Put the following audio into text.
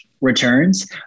returns